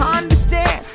understand